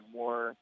more